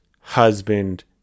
husband